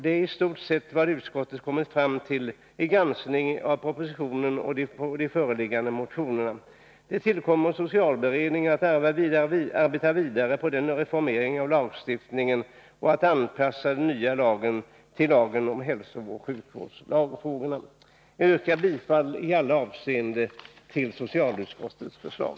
Det är i stort vad utskottet har kommit fram till vid granskningen av propositionen och de föreliggande motionerna. Det tillkommer socialberedningen att arbeta vidare på en reformering av lagstiftningen och att anpassa den nya lagen till lagen om hälsooch sjukvårdsfrågorna. Jag yrkar bifall i alla avseenden till socialutskottets förslag.